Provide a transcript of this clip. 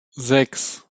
sechs